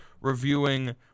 reviewing